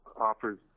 offers